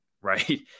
right